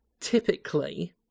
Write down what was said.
Typically